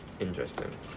Interesting